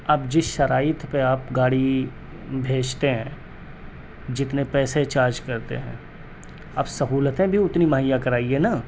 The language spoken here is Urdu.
اب جس شرائط پہ آپ گاڑی بھیجتے ہیں جتنے پیسے چارج کرتے ہیں آپ سہولتیں بھی اتنی مہیا کرائیے نا